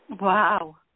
Wow